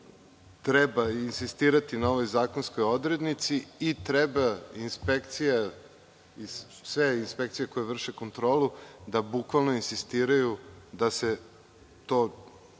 Treba insistirati na ovoj zakonskoj odrednici i treba sve inspekcije koje vrše kontrolu da bukvalno insistiraju da se to